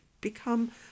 become